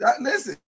Listen